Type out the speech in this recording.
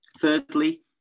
Thirdly